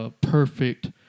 perfect